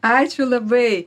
ačiū labai